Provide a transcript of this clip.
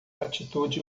atitude